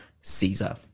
Caesar